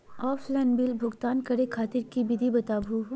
Offline bill भुगतान करे खातिर विधि बताही हो?